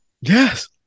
Yes